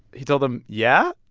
he told them, yeah.